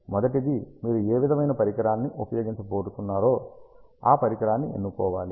మొదటిది మీరు ఏ విధమైన పరికరాన్ని ఉపయోగించబోతున్నారో ఆ పరికరాన్ని ఎన్నుకోవాలి